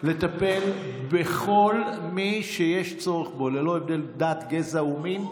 לטפל בכל מי שיש צורך, ללא הבדל דת, גזע ומין.